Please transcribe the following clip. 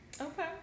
Okay